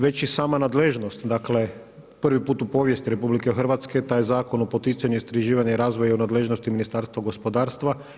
Već je i sama nadležnost, dakle prvi put u povijesti RH taj Zakon o poticanju i istraživanju razvoja je u nadležnosti Ministarstva gospodarstva.